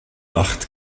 acht